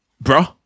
bro